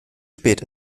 spät